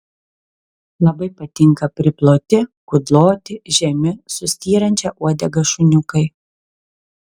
labai patinka priploti kudloti žemi su styrančia uodega šuniukai